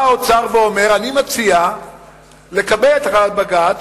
בא האוצר ואומר: אני מציע לקבל את החלטת בג"ץ,